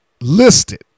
listed